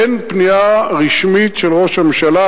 אין פנייה רשמית של ראש הממשלה.